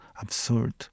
absurd